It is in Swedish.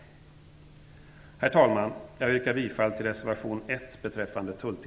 Herr talman. Jag yrkar bifall till reservation 1